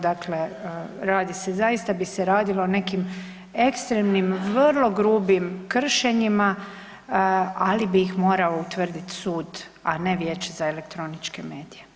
Dakle, radi se zaista bi se radilo o nekim ekstremnim, vrlo grubim kršenjima, ali bih ih morao utvrditi sud, a ne Vijeće za elektroničke medije.